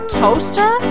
toaster